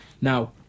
now